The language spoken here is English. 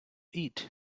eat